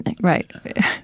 Right